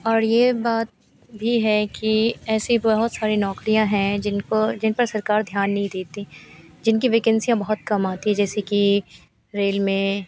और यह बात भी है कि ऐसी बहुत सारी नौकरियाँ हैं जिनको जिन पर सरकार ध्यान नहीं देती जिनकी वैकेन्सियाँ बहुत कम आती हैं कि जैसे कि रेल में